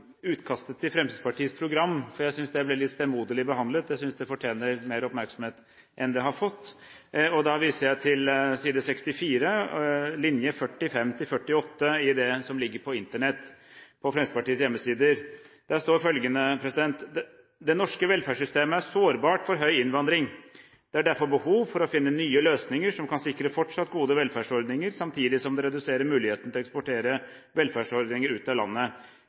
utkastet til Fremskrittspartiets program, for jeg synes det blir litt stemoderlig behandlet og fortjener mer oppmerksomhet enn det har fått. Da viser jeg til side 64, linje 45–48, i det som ligger på Fremskrittspartiets hjemmesider. Der står følgende: «Det norske velferdssystemet er sårbart for høy innvandring. Det er derfor behov for å finne nye løsninger som kan sikre fortsatt gode velferdsordninger, samtidig som det reduserer muligheten til å eksportere velferdsordninger ut av landet.